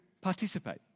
participate